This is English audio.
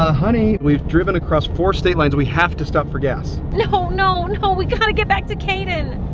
ah honey we've driven across four state lines. we have to stop for gas no, no. no we gotta get back to kaden